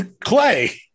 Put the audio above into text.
Clay